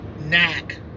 knack